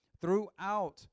Throughout